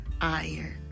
iron